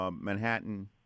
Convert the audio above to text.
Manhattan